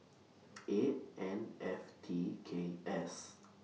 eight N F T K S